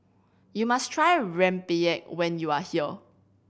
you must try rempeyek when you are here